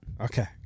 Okay